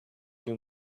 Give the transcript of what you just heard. too